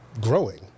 growing